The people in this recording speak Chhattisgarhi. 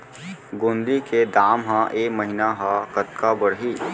गोंदली के दाम ह ऐ महीना ह कतका बढ़ही?